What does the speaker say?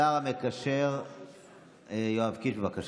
שמספרה פ/134/25,